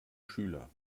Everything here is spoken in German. schüler